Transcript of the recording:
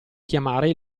chiamare